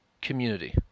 community